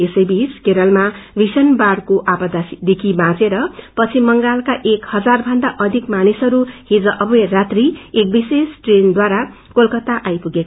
यसैबीच केरलमा भीषण बाढ़को आपदा देखि बाँचेर पश्चिम बंगालका एक हजार भन्दा अधिक मानिसहरू हिज अबेर राती एक विशेष ट्रेनद्वारा कोलकत्ता पुगे